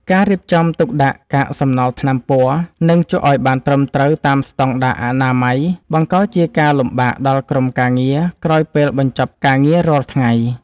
ការរៀបចំទុកដាក់កាកសំណល់ថ្នាំពណ៌ និងជក់ឱ្យបានត្រឹមត្រូវតាមស្ដង់ដារអនាម័យ បង្កជាការលំបាកដល់ក្រុមការងារក្រោយពេលបញ្ចប់ការងាររាល់ថ្ងៃ។